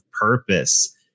purpose